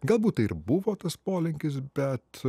galbūt tai ir buvo tas polinkis bet